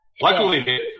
Luckily